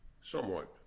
somewhat